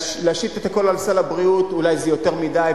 להשית את הכול על סל הבריאות אולי זה יותר מדי,